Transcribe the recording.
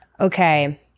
okay